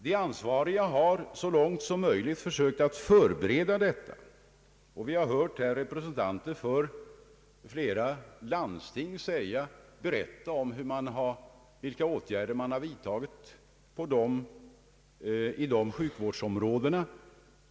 De ansvariga har så långt möjligt sökt förbereda genomförandet, och vi har här hört representanter för flera landsting berätta om vilka åtgärder man vidtagit i de berörda sjukvårdsområdena.